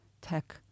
tech